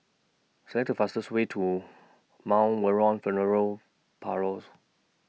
Select The fastest Way to Mount Vernon Funeral Parlours